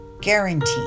guaranteed